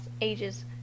ages